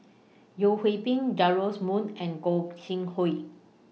Yeo Hwee Bin Joash Moo and Gog Sing Hooi